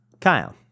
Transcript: Kyle